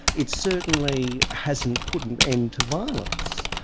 it certainly hasn't put an end to violence,